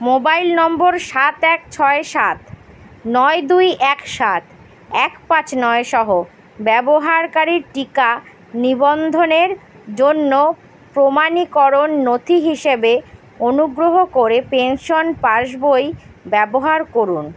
mobile number সাত এক ছয় সাত নয় দুই এক সাত এক পাঁচ নয়সহ ব্যবহারকারীর টিকা নিবন্ধনের জন্য প্রমাণীকরণ নথি হিসেবে অনুগ্রহ করে পেনশন পাসবই ব্যবহার করুন